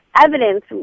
evidence